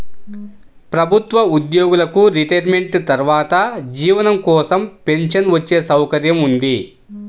ప్రభుత్వ ఉద్యోగులకు రిటైర్మెంట్ తర్వాత జీవనం కోసం పెన్షన్ వచ్చే సౌకర్యం ఉంది